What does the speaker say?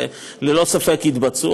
וללא ספק יתבצעו,